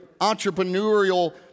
entrepreneurial